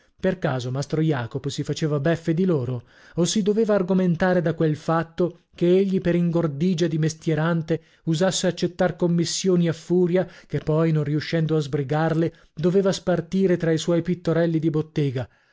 per caso mastro jacopo si faceva beffe di loro o si doveva argomentare da quel fatto che egli per ingordigia di mestierante usasse accettar commissioni a furia che poi non riuscendo a sbrigarle doveva spartire tra i suoi pittorelli di bottega